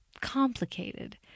complicated